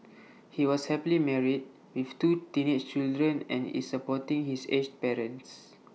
he was happily married with two teenage children and is supporting his aged parents